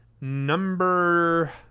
Number